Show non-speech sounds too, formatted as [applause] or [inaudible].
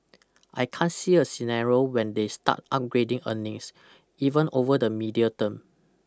[noise] I can't see a scenario when they start upgrading earnings even over the medium term